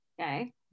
okay